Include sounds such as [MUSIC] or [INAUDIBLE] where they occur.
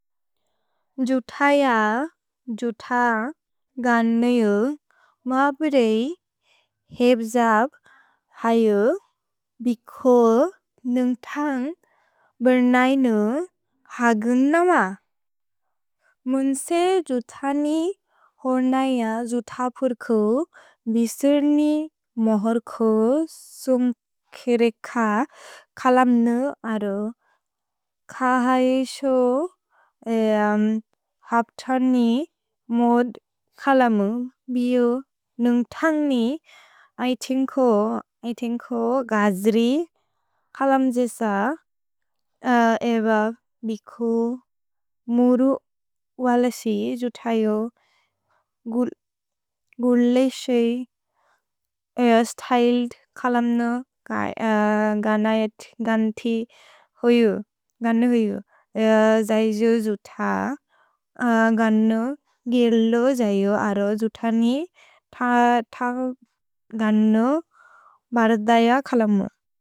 जुथैअ जुथ गान्नेउ मा प्रए हेब् जब् हैउ बिखो नुन्ग् थन्ग् बेर्नैनु हागुन् नमा। मुन्से जुथनि होर्नैअ जुथपुर्कु बिसिर्नि मोहोर्कु सुन्ग् केरेख कलब्नु अरो। क है सो [HESITATION] हप्तर्नि मोद् कलमु बिओ नुन्ग् थन्ग्नि ऐतिन्को [HESITATION] गज्रि कलम् जेस। एब बिखो मुरु वलेसि जुथैउ [HESITATION] गुल्लेसेइ स्त्य्लेद् कलम्नु [HESITATION] गान जति गन्थि [HESITATION] होइउ। जैजेउ जुथ गान्नु गेलो जैजेउ अरो जुथनि [HESITATION] थ गान्नु बर्दय कलमु।